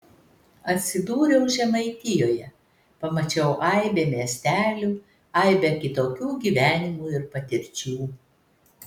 atsidūriau žemaitijoje pamačiau aibę miestelių aibę kitokių gyvenimų ir patirčių